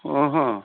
ఓహో